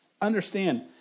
understand